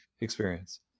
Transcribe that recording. experience